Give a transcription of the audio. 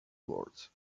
words